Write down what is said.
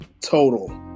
total